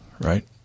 right